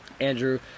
Andrew